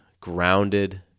grounded